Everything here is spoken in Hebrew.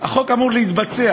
והחוק אמור להתבצע.